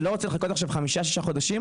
אני לא רוצה לחכות עכשיו חמישה-שישה חודשים